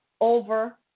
over